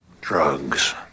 drugs